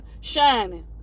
shining